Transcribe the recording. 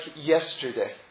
yesterday